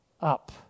up